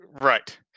Right